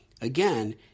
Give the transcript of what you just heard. Again